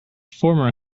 former